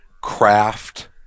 craft